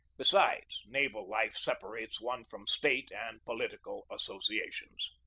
besides, naval life separates one from state and political associations.